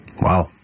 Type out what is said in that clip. Wow